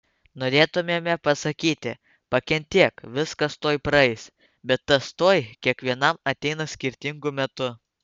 norėtumėme pasakyti pakentėk viskas tuoj praeis bet tas tuoj kiekvienam ateina skirtingu metu